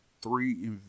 three